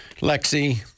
Lexi